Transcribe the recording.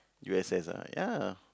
U_S_S ah ya